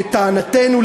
לטענתנו,